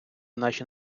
наші